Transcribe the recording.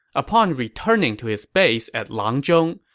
upon returning to his base at langzhong,